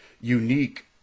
unique